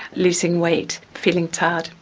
losing weight, feeling tired.